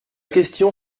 question